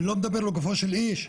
אני לא מדבר לגופו של איש.